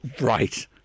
Right